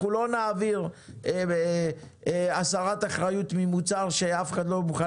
אנחנו לא נעביר הסרת אחריות ממוצר שאף אחד לא מוכן